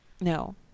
No